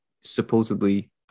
supposedly